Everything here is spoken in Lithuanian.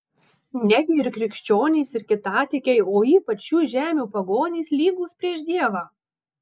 negi ir krikščionys ir kitatikiai o ypač šių žemių pagonys lygūs prieš dievą